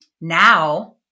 now